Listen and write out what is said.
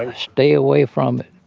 ah stay away from it